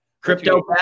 Crypto